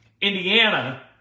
Indiana